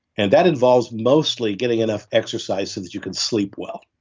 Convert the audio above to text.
and that involves mostly getting enough exercise so that you can sleep well.